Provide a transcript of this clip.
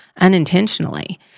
unintentionally